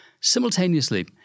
simultaneously